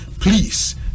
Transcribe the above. Please